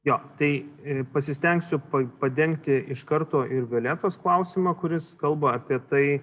jo tai pasistengsiu padengti iš karto ir violetos klausimą kuris kalba apie tai